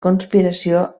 conspiració